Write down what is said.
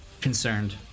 concerned